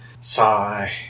Sigh